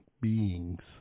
beings